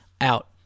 Out